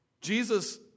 Jesus